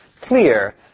clear